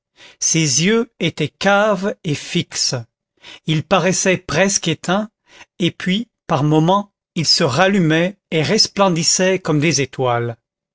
ses yeux étaient caves et fixes ils paraissaient presque éteints et puis par moments ils se rallumaient et resplendissaient comme des étoiles